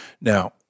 Now